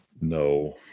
No